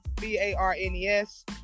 B-A-R-N-E-S